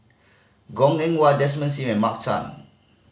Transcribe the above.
Goh Eng Wah Desmond Sim and Mark Chan